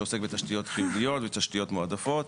שעוסק בתשתיות חיוניות ותשתיות מועדפות.